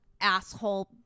asshole